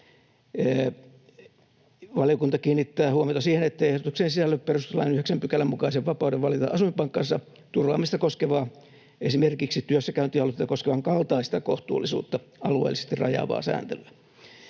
Valiokunta kiinnittää huomiota siihen, ettei ehdotukseen sisälly perustuslain 9 §:n mukaisen vapauden valita asuinpaikkansa turvaamista koskevaa, esimerkiksi työssäkäyntialuetta koskevan kaltaista kohtuullisuutta alueellisesti rajaavaa sääntelyä.”